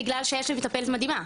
בגלל שיש לי מטפלת מדהימה,